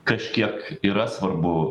kažkiek yra svarbu